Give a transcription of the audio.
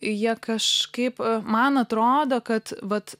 jie kažkaip man atrodo kad vat